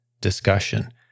discussion